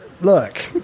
Look